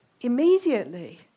Immediately